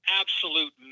absolute